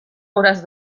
hauràs